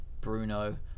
Bruno